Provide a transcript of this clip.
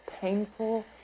painful